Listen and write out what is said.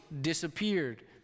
disappeared